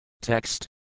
Text